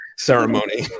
Ceremony